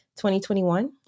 2021